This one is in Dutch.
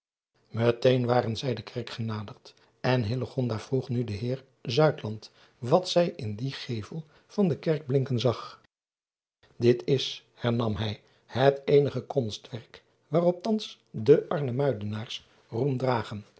eteen waren zij de erk genaderd en vroeg nu den eer wat zij in dien gevel van de kerk blinken zag it is hernam hij het eenig konstwerk waarop thans de